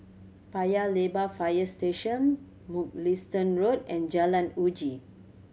Paya Lebar Fire Station Mugliston Road and Jalan Uji